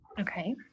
Okay